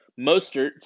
Mostert